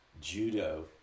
judo